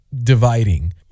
dividing